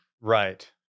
Right